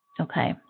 Okay